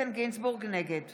נגד